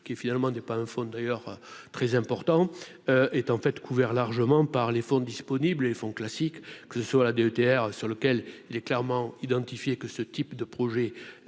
qui finalement n'est pas un fonds d'ailleurs très importante étant fait couvert largement par les fonds disponibles et font classiques que soit la DETR, sur lequel il est clairement identifié, que ce type de projet doit